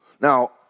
now